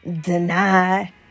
deny